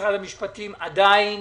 משרד המשפטים עדיין